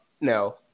no